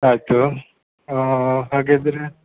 ಆಯಿತು ಹಾಗಿದ್ದರೆ